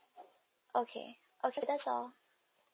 okay okay that's all